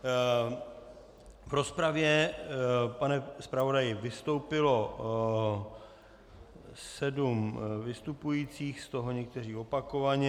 V rozpravě, pane zpravodaji, vystoupilo sedm vystupujících, z toho někteří opakovaně.